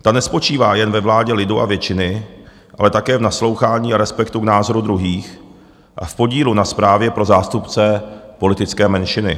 Ta nespočívá jen ve vládě lidu a většiny, ale také v naslouchání a respektu k názoru druhých a v podílu na správě pro zástupce politické menšiny.